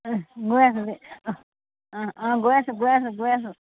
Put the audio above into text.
গৈ আছোঁ গৈ আছোঁ গৈ আছোঁ